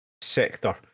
sector